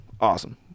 Awesome